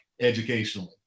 educationally